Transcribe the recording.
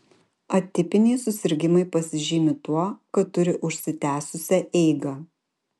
atipiniai susirgimai pasižymi tuo kad turi užsitęsusią eigą